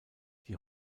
die